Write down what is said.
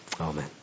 Amen